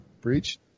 Breach